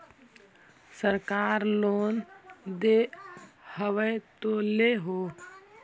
सरकार लोन दे हबै तो ले हो?